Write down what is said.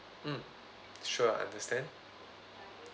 mm sure I understand